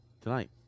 Tonight